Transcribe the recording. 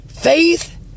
faith